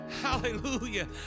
Hallelujah